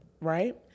Right